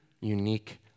unique